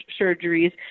surgeries